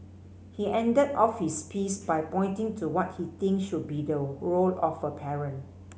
he ended off his piece by pointing to what he think should be the role of a parent